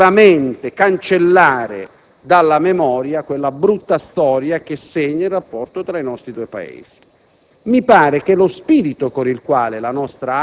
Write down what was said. che possa cancellare definitivamente dalla memoria quella brutta storia che segna il rapporto tra i nostri due Paesi.